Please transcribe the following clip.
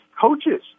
coaches